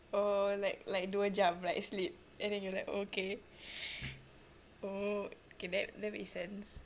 oh like like dua jam like sleep and then you're like okay oh okay that that makes sense